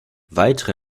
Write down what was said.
weitere